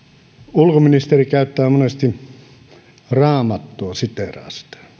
ulkoministeri käyttää monesti raamattua siteeraa sitä